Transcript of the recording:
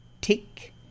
tick